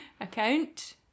account